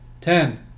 Ten